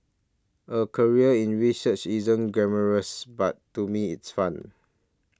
a career in research isn't glamorous but to me it's fun